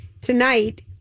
tonight